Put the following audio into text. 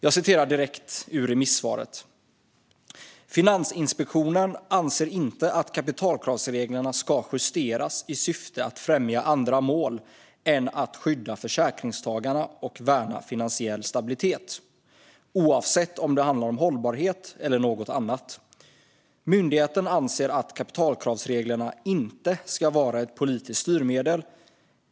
Jag citerar direkt ur remissvaret: "Finansinspektionen anser inte att kapitalkravsreglerna ska justeras i syfte att främja andra mål än att skydda försäkringstagarna och värna finansiell stabilitet, oavsett om det handlar om hållbarhet eller något annat. Myndigheten anser att kapitalkravsreglerna inte ska vara ett politiskt styrmedel."